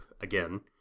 again